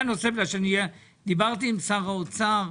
דיברתי עם שר האוצר.